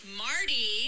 marty